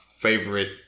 favorite